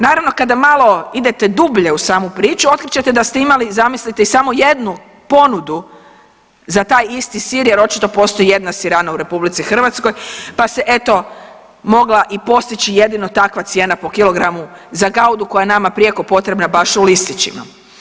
Naravno kada malo idete dublje u samu priču otkrit ćete da ste imali, zamislite samo jednu ponudu za taj isti sir, jer očito postoji jedna sirana u Republici Hrvatskoj pa se eto mogla i postići jedino takva cijena po kilogramu za Gaudu koja je nama prijeko potrebna baš u listićima.